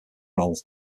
role